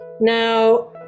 Now